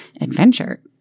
adventure